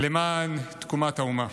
למען תקומת האומה.